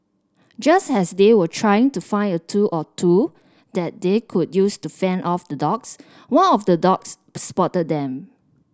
just as they were trying to find a tool or two that they could use to fend off the dogs one of the dogs spotted them